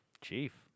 Chief